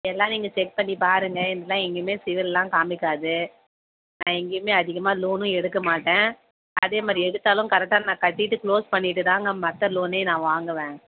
எல்லாம் நீங்கள் செக் பண்ணி பாருங்கள் எனதுலாம் எங்கேயுமே சிபில்லாம் காமிக்காது நான் எங்கேயுமே அதிகமாக லோனும் எடுக்க மாட்டேன் அதே மாதிரி எடுத்தாலும் கரெக்டா நான் கட்டிட்டு க்ளோஸ் பண்ணிட்டுதாங்க மற்ற லோனே நான் வாங்குவேன்